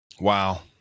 Wow